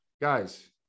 guys